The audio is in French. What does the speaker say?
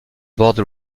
borde